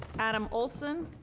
adam olson,